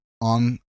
on